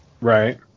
Right